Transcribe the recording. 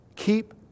Keep